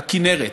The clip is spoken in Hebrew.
הכינרת.